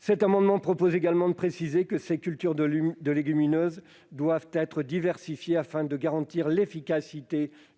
Cet amendement vise également à préciser que les cultures de légumineuses doivent être diversifiées, afin de garantir l'efficacité